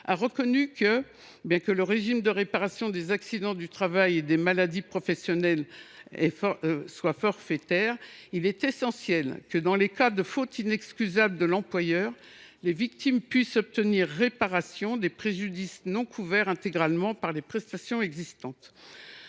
reconnu que, bien que le régime de réparation des accidents du travail et des maladies professionnelles soit forfaitaire, il est essentiel que, dans les cas de faute inexcusable de l’employeur, les victimes puissent obtenir réparation des préjudices non couverts intégralement par les prestations existantes.